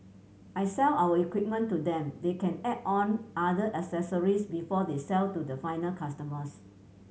I sell our equipment to them they can add on other accessories before they sell to the final customers